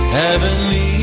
heavenly